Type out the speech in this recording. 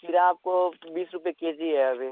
खीरा आपको बीस रुपये के जी है अभी